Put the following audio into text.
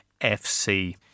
FC